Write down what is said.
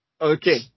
Okay